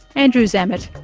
andrew zammit,